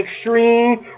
Extreme